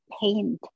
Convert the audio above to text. paint